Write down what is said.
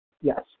yes